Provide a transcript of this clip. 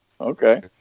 Okay